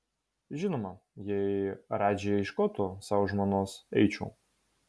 žinoma jei radži ieškotų sau žmonos eičiau